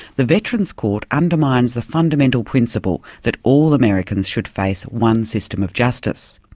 the veterans' court undermines the fundamental principle that all americans should face one system of justice.